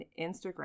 Instagram